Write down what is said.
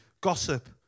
gossip